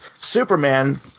Superman –